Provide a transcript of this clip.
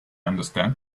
understand